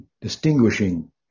distinguishing